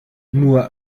nur